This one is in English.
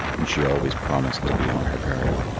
and she always promised to be on her guard.